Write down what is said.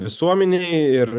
visuomenei ir